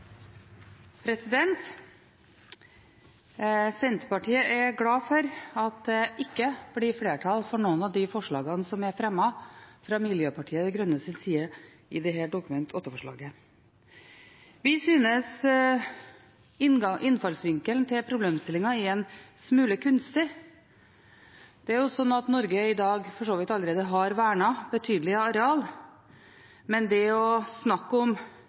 ikke blir flertall for noen av de forslagene som er fremmet fra Miljøpartiet De Grønnes side i dette Dokument 8-forslaget. Vi synes innfallsvinkelen til problemstillingen er en smule kunstig. Norge har i dag for så vidt allerede vernet betydelige areal. Men det å snakke om